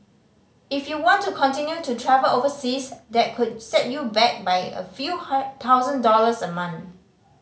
if you want to continue to travel overseas that could set you back by a few thousand dollars a month